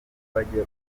bajya